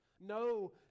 No